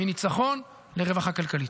מניצחון לרווחה כלכלית.